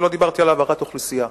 אני לא דיברתי על העברת אוכלוסייה,